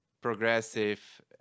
progressive